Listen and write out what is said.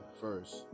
first